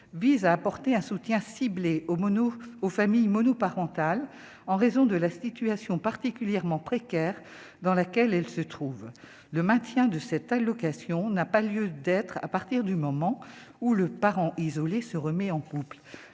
vise à apporter un soutien ciblé aux monuments aux familles monoparentales, en raison de la situation particulièrement précaire dans laquelle elle se trouve, le maintien de cette allocation n'a pas lieu d'être, à partir du moment où le parent isolé se remet en couple,